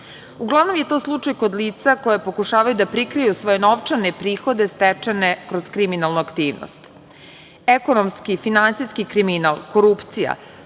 U glavnom je to slučaj kod lica koja pokušavaju da prikriju svoje novčane prihode stečene kroz kriminalnu aktivnost. Ekonomski, finansijski kriminal, korupcija